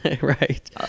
right